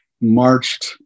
marched